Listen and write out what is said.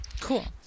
cool